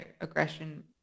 aggression